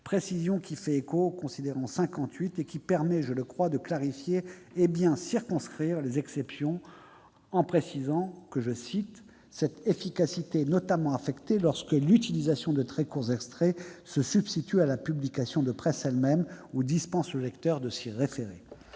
Elle fait écho au considérant 58 et permet- je le crois -de clarifier et bien circonscrire les exceptions, en indiquant que « cette efficacité est notamment affectée lorsque l'utilisation de très courts extraits se substitue à la publication de presse elle-même ou dispense le lecteur de s'y référer ».